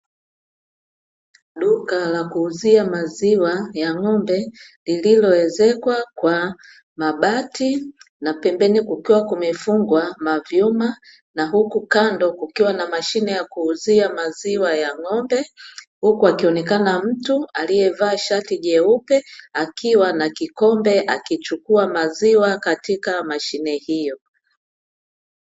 Duka la kuuzia maziwa ya ng'ombe, lililoezekwa kwa mabati na pembeni kukiwa kumefungwa mavyuma, na huku kando kukiwa na mashine ya kuuzia maziwa ya ng'ombe, huku akionekana mtu aliyevaa shati jeupe akiwa na kikombe akichukua maziwa katika mashine hiyo.